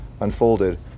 unfolded